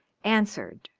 answered,